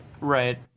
Right